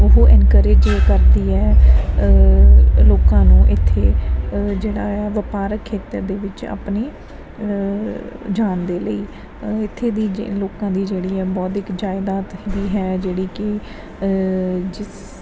ਉਹ ਐਨਕਰੇਜ ਕਰਦੀ ਹੈ ਲੋਕਾਂ ਨੂੰ ਇੱਥੇ ਜਿਹੜਾ ਆ ਵਪਾਰਕ ਖੇਤਰ ਦੇ ਵਿੱਚ ਆਪਣੀ ਜਾਨ ਦੇ ਲਈ ਇੱਥੇ ਦੀ ਲੋਕਾਂ ਦੀ ਜਿਹੜੀ ਆ ਬੌਧਿਕ ਜਾਇਦਾਤ ਵੀ ਹੈ ਜਿਹੜੀ ਕੀ ਜਿਸ